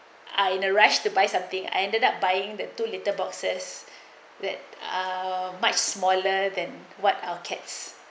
I in a rush to buy something I ended up buying that too little boxes that are much smaller than what our cats